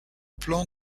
plan